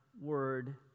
word